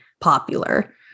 popular